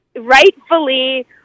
rightfully